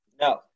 No